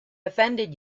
offended